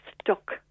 stuck